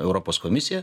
europos komisija